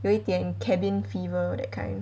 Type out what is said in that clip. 有一点 cabin fever that kind